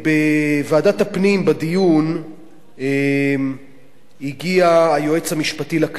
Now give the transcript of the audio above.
לדיון בוועדת הפנים הגיע היועץ המשפטי לכנסת,